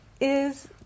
is-